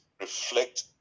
reflect